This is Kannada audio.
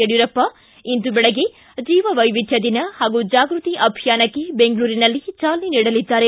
ಯಡಿಯೂರಪ್ಪ ಇಂದು ಬೆಳಗ್ಗೆ ಜೀವವೈವಿಧ್ಯ ದಿನ ಹಾಗೂ ಜಾಗೃತಿ ಅಭಿಯಾನಕ್ಕೆ ಬೆಂಗಳೂರಿನಲ್ಲಿ ಚಾಲನೆ ನೀಡಲಿದ್ದಾರೆ